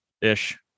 ish